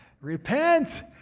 Repent